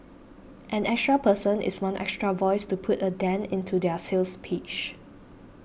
an extra person is one extra voice to put a dent into their sales pitch